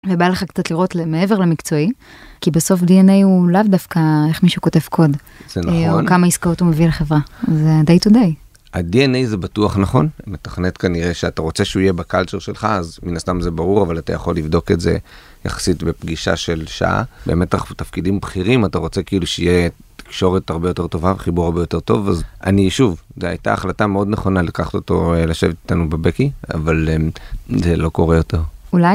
לבא לך קצת לראות למעבר למקצועי, כי בסוף ד.נ.א הוא לאו דווקא איך מישהו כותב קוד או כמה עסקאות הוא מביא לחברה זה דיי-טו-דיי. הד.נ.א זה בטוח נכון מתכנת כנראה שאתה רוצה שהוא יהיה בקלצ'ר שלך אז מן הסתם זה ברור אבל אתה יכול לבדוק את זה יחסית בפגישה של שעה באמת תפקידים בכירים אתה רוצה כאילו שיהיה תקשורת הרבה יותר טובה וחיבור הרבה יותר טוב אז אני שוב זה הייתה החלטה מאוד נכונה לקחת אותו לשבת איתנו בבקי אבל זה לא קורה יותר. אולי.